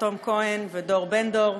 לתום כהן ודור בן-דור.